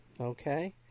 okay